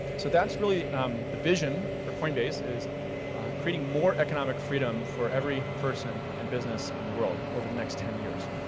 so that's really the vision for coinbase, is creating more economic freedom for every person in business in the world over the next ten years.